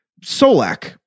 Solak